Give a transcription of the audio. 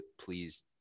please